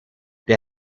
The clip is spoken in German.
der